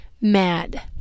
mad